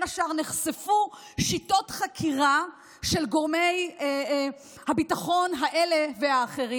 בין השאר נחשפו שיטות חקירה של גורמי ביטחון אלה והאחרים.